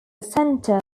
centre